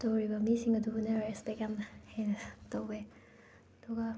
ꯇꯧꯔꯤꯕ ꯃꯤꯁꯤꯡ ꯑꯗꯨꯕꯨꯅ ꯔꯦꯁꯄꯦꯛ ꯌꯥꯝꯅ ꯍꯦꯟꯅ ꯇꯧꯋꯦ ꯑꯗꯨꯒ